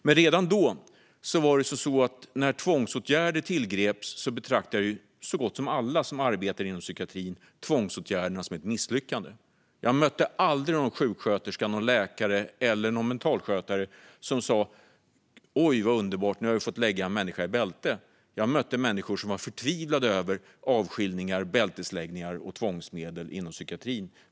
Men redan då betraktade så gott som alla som arbetade inom psykiatrin tvångsåtgärderna som ett misslyckande. Jag mötte aldrig någon sjuksköterska, läkare eller mentalskötare som sa: Oj vad underbart, nu har vi fått lägga en människa i bälte. Jag mötte människor som var förtvivlade över avskiljningar, bältesläggningar och tvångsmedel inom psykiatrin.